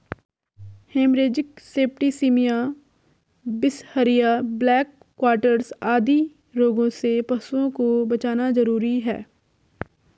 haemorrhagic septicaemia, बिसहरिया, black quarters आदि रोगों से पशुओं को बचाना जरूरी है